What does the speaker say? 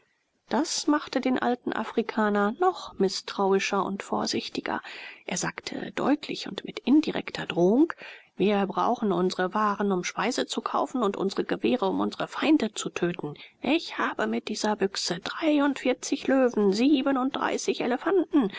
das machte den alten afrikaner noch mißtrauischer und vorsichtiger er sagte deutlich und mit indirekter drohung wir brauchen unsre waren um speise zu kaufen und unsre gewehre um unsre feinde zu töten ich habe mit dieser büchse dreiundvierzig löwen siebenunddreißig elefanten